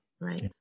Right